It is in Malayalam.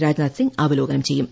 രാജ്നാഥ് സിംഗ് അവലോകനം ചെയ്യും